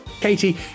Katie